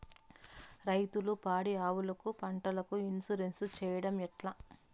రైతులు పాడి ఆవులకు, పంటలకు, ఇన్సూరెన్సు సేయడం ఎట్లా?